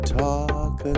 talk